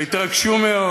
אילן, והתרגשו מאוד.